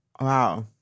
wow